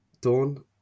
Dawn